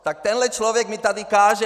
Tak tenhle člověk mi tady něco káže!